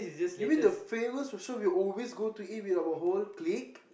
you mean the famous restaurant we always go to eat with our whole clique